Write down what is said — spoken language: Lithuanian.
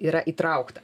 yra įtraukta